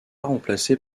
remplacé